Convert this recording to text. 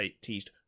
teased